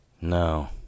No